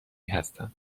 هستند